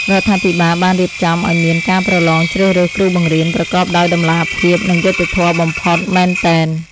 រដ្ឋាភិបាលបានរៀបចំឱ្យមានការប្រឡងជ្រើសរើសគ្រូបង្រៀនប្រកបដោយតម្លាភាពនិងយុត្តិធម៌បំផុតមែនទែន។